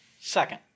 second